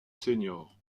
senior